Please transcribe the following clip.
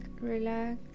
relax